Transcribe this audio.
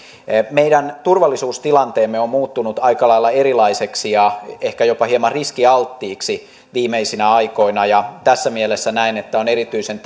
meidän turvallisuustilanteemme on muuttunut aika lailla erilaiseksi ja ehkä jopa hieman riskialttiiksi viimeisinä aikoina ja tässä mielessä näen että on erityisen